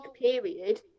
period